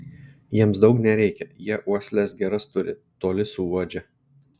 jiems daug nereikia jie uosles geras turi toli suuodžia